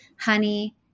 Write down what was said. honey